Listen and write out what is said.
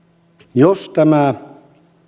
jos tämä